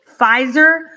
Pfizer